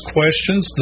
questions